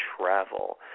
travel